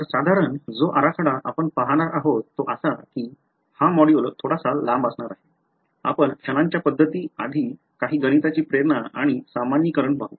तर साधारण जो आराखडा आपण पाहणार आहोत तो असा कि हा मॉड्यूल थोडासा लांब असणार आहे आपण क्षणांच्या पद्धती आधी काही गणिताची प्रेरणा आणि सामान्यीकरण पाहू